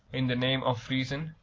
in the name of reason,